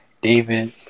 David